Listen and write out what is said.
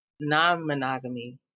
non-monogamy